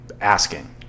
asking